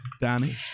danny